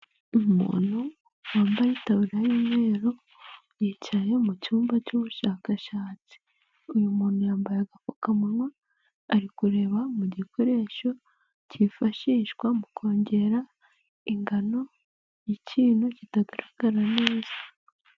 Umuntu wambaye itabiriya y'umweru, yicaye mu cyumba cy'ubushakashatsi, uyu muntu yambaye agapfukamunwa ari kureba mu gikoresho cyifashishwa mu kongera ingano y'ikintu kitagaragara neza.